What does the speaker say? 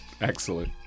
Excellent